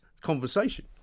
conversation